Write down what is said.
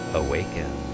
awaken